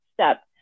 step